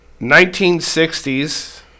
1960s